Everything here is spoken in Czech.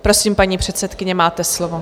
Prosím, paní předsedkyně, máte slovo.